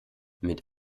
mit